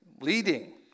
Leading